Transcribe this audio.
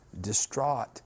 Distraught